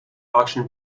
auction